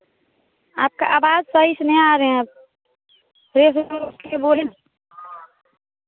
आपका आवाज सही से नहीं आ रहे हैं बोलिए ना